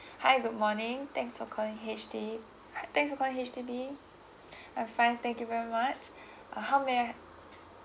hi good morning thanks for calling H_D thanks for calling H_D_B I'm fine thank you very much uh how may I